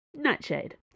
Nightshade